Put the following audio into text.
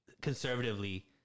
conservatively